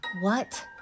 What